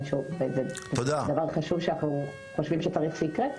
זה דבר חשוב וחשוב שזה יקרה.